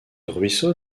ruisseau